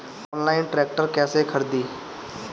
Online tractor कैसे खरदी?